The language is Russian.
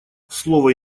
слово